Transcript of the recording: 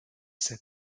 said